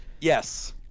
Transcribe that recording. Yes